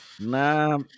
Nah